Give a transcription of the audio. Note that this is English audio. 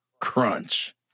Crunch